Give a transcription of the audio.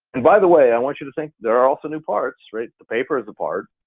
and by the way, i want you to think there are also new parts, right, the paper is a part,